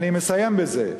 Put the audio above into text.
אני מסיים בזה.